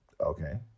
Okay